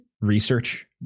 research